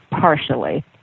partially